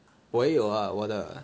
我也有 lah 我的